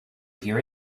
hear